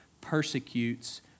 persecutes